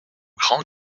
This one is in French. grand